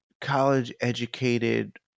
college-educated